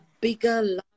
bigger